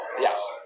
Yes